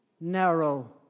narrow